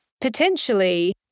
Potentially